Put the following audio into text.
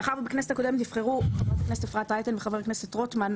מאחר שבכנסת הקודמת נבחרו חברת הכנסת אפרת רייטן וחבר הכנסת רוטמן,